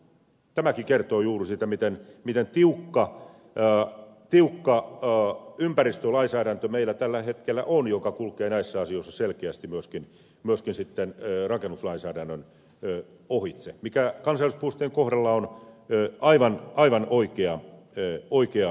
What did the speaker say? tämäkin kertoo juuri siitä miten tiukka ympäristölainsäädäntö meillä tällä hetkellä on ja se kulkee näissä asioissa selkeästi myöskin sitten rakennuslainsäädännön ohitse mikä kansallispuistojen kohdalla on aivan oikea ratkaisu